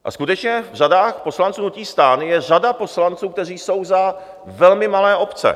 A skutečně, v řadách poslanců hnutí STAN je řada poslanců, kteří jsou za velmi malé obce.